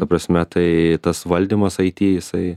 ta prasme tai tas valdymas aiti jisai